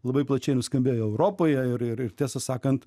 labai plačiai nuskambėjo europoje ir ir ir tiesą sakant